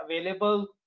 available